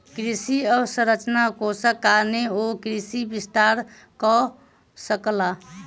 कृषि अवसंरचना कोषक कारणेँ ओ कृषि विस्तार कअ सकला